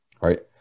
right